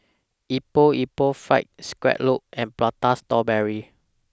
Epok Epok Fried Scallop and Prata Strawberry